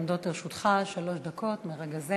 עומדות לרשותך שלוש דקות מרגע זה.